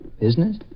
Business